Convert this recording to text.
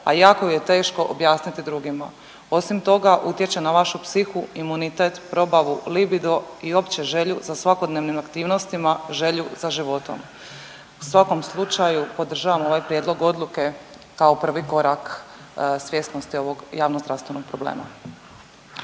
a jako ju je teško objasniti drugima, osim toga utječe na vašu psihu, imunitet, probavu, libido i opće želju za svakodnevnim aktivnostima, želju za životom. U svakom slučaju podržavam ovaj prijedlog odluke kao prvi korak svjesnosti ovog javnozdravstvenog problema.